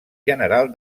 general